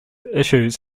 issues